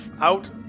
out